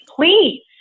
please